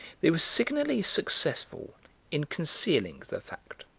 they were signally successful in concealing the fact.